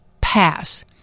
pass